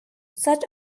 such